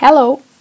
Hello